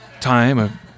time